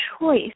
choice